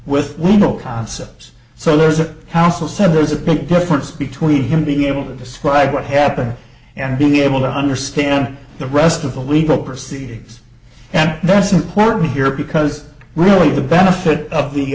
legal concepts so there's a counsel said there's a big difference between him being able to describe what happened and being able to understand the rest of the legal proceedings and that's important here because really the benefit of the